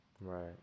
Right